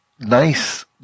Nice